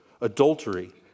adultery